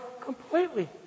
completely